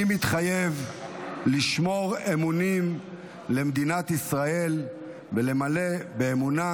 אני מתחייב לשמור אמונים למדינת ישראל ולמלא באמונה